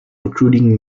recruiting